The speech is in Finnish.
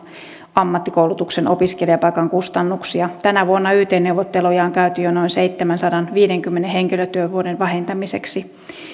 ammattikoulutuksen opiskelijapaikan kustannuksia tänä vuonna yt neuvotteluja on käyty jo noin seitsemänsadanviidenkymmenen henkilötyövuoden vähentämiseksi